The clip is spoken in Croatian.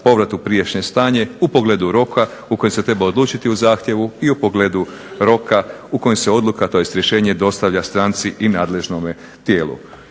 povrat u prijašnje stanje, u pogledu roka u koji se treba odlučiti o zahtjevu, i u pogledu roka u kojem se odluka, tj. rješenje dostavlja stranci i nadležnome tijelu.